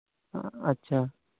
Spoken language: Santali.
ᱟᱪᱪᱷᱟ